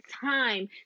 time